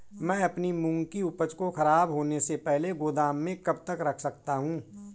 मैं अपनी मूंग की उपज को ख़राब होने से पहले गोदाम में कब तक रख सकता हूँ?